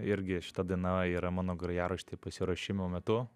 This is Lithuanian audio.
irgi šita daina yra mano grojarašty pasiruošimo metu